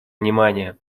внимания